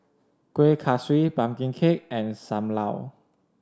Kueh Kaswi pumpkin cake and Sam Lau